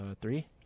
three